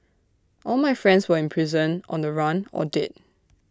all my friends were in prison on the run or dead